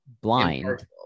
blind